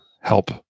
help